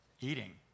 Eating